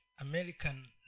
American